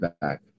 back